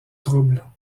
troubles